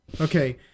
okay